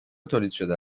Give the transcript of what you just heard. تولیدشده